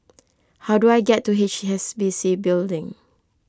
how do I get to H S B C Building